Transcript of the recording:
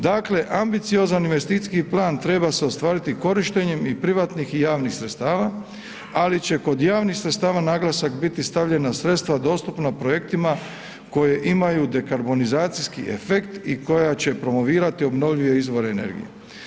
Dakle, ambiciozan investicijski plan treba se ostvariti korištenjem i privatnih i javnih sredstava, ali će kod javnih sredstava naglasak biti stavljen na sredstva dostupna projektima koje imaju dekarbonizacijski efekt i koja će promovirati obnovljive izvore energije.